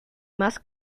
más